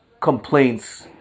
complaints